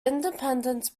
independence